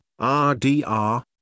RDR